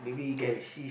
tourist